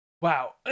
wow